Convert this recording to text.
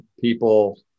people